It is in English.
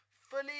fully